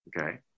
Okay